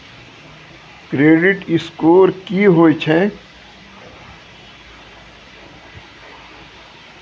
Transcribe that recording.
Credit score की होय छै?